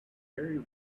very